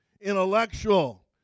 intellectual